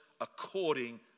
according